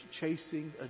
chasing